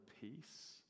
peace